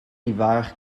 l’hiver